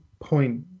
point